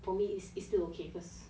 for me is is still okay cause